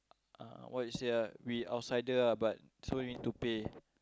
uh what you say ah we outsider ah so we need to pay